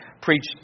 preach